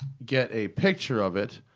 get a picture of it.